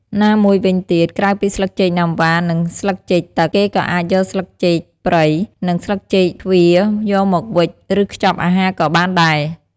ណាមួយវិញទៀត ក្រៅពីស្លឹកចេកណាំវ៉ា និងស្លឹកចេកទឹក គេក៏អាចយកស្លឹកចេកព្រៃ និងស្លឹកចេកជ្វាយកមកវេច ឬខ្ចប់អាហារក៍បានដែរ។